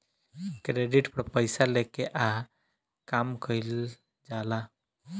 credit पर पइसा लेके आ काम कइल जाला